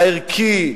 הערכי,